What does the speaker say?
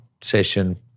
session